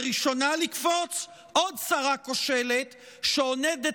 ראשונה לקפוץ היא עוד שרה כושלת שעונדת